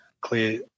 clear